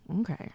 okay